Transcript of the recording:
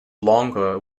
langres